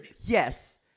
Yes